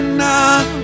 now